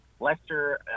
Lester